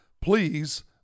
please